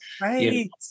right